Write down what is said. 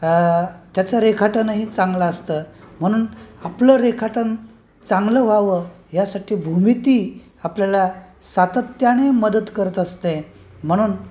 त्याचं रेखाटनही चांगलं असतं म्हणून आपलं रेखाटन चांगलं व्हावं यासाठी भूमिती आपल्याला सातत्याने मदत करत असते म्हणून